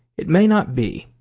it may not be.